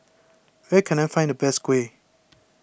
where can I find the best Kuih